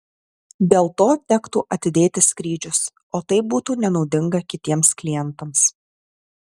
dėl to tektų atidėti skrydžius o tai būtų nenaudinga kitiems klientams